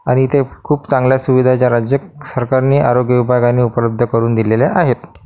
आणि ते खूप चांगल्या सुविधा ज्या राज्य सरकारने आरोग्य विभागाने उपलब्ध करून दिलेल्या आहेत